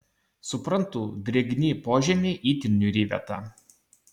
suprantu drėgni požemiai itin niūri vieta